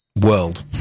world